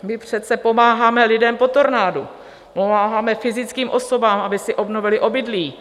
My přece pomáháme lidem po tornádu, pomáháme fyzickým osobám, aby si obnovily obydlí.